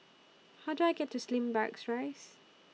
How Do I get to Slim Barracks Rise